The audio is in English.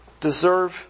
deserve